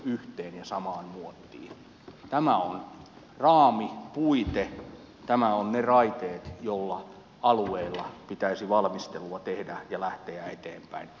tämä on raami puite tämä on ne raiteet joilla alueella pitäisi valmistelua tehdä ja lähteä eteenpäin